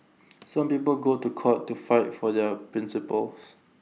some people go to court to fight for their principles